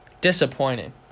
Disappointing